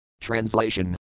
Translation